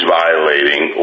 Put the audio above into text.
violating